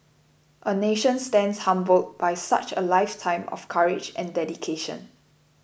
a nation stands humbled by such a lifetime of courage and dedication